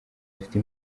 afite